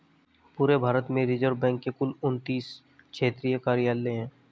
पूरे भारत में रिज़र्व बैंक के कुल उनत्तीस क्षेत्रीय कार्यालय हैं